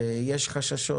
ויש חששות